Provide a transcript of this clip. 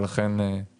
ולכן זה ייבחן.